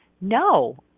No